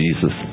Jesus